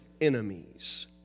enemies